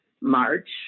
march